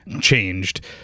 changed